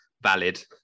valid